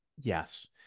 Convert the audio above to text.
Yes